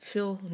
Veel